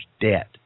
debt